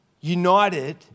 United